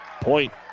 Point